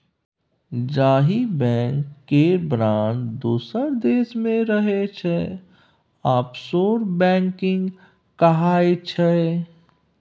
जाहि बैंक केर ब्रांच दोसर देश मे रहय छै आफसोर बैंकिंग कहाइ छै